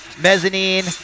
mezzanine